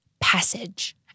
passage